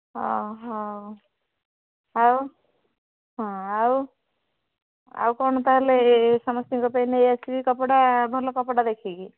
ହଁ ହଁ ଆଉ ହଁ ଆଉ ଆଉ କ'ଣ ତାହେଲେ ସମସ୍ତଙ୍କ ପାଇଁ ନେଇ ଆସିବି କପଡ଼ା ଭଲ କପଡ଼ା ଦେଖିକି